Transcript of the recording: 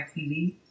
tv